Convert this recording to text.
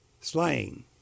Slain